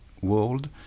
world